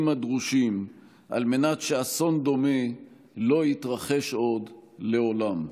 הדרושים על מנת שאסון דומה לא יתרחש עוד לעולם.